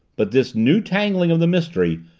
but this new tangling of the mystery,